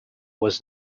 was